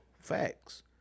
Facts